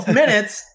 minutes